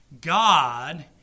God